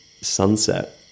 sunset